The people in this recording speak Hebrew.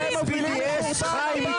לפחות אני לא בגדתי בערכים שלי,